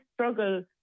struggle